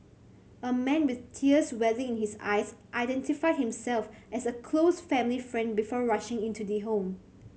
a man with tears welling in his eyes identified himself as a close family friend before rushing into the home